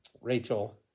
Rachel